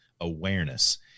awareness